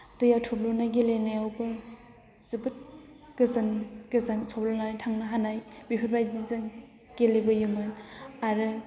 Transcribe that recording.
दैयाव थब्ल'नाय गेलेनायावबो जोबोद गोजान गोजान थब्ल'नानै थांनो हानाय बेफोरबायदि जों गेलेबोयोमोन आरो